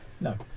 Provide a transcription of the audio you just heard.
No